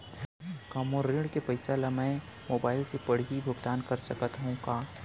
का मोर ऋण के पइसा ल भी मैं मोबाइल से पड़ही भुगतान कर सकत हो का?